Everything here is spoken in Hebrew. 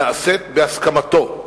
נעשית בהסכמתו.